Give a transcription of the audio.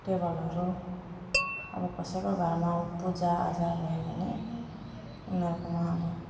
टेबलहरू अब कसैको घरमा पूजाआजा भयो भने उनीहरूकोमा अब